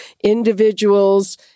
individuals